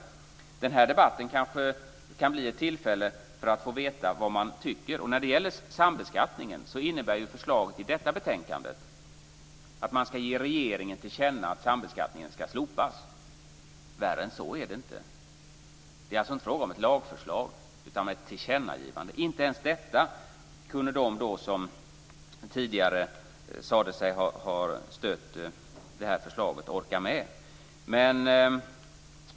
Den här debatten kan kanske bli ett tillfälle att få veta vad man tycker. När det gäller sambeskattningen innebär förslaget i detta betänkande att man ska ge regeringen till känna att sambeskattningen ska slopas. Värre än så är det inte. Det är alltså inte fråga om ett lagförslag utan om ett tillkännagivande. Inte ens detta kunde de som tidigare sade sig stödja det här förslaget orka med.